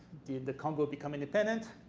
did the congo become independent?